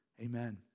Amen